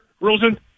Rosen